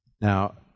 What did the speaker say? Now